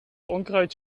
onkruid